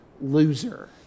loser